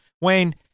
Wayne